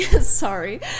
sorry